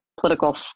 Political